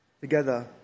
Together